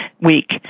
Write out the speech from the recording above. week